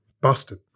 busted